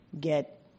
get